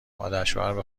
مادرشوهربه